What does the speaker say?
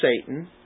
Satan